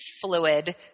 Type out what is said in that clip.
fluid